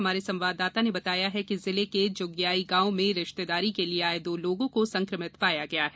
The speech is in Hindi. हमारे संवाददाता ने बताया है कि जिले के जुग्याई गांव में रिश्तेदारी के लिये आए दो लोगों को संकमित पाया गया है